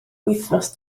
wythnos